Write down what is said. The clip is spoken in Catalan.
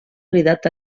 cridat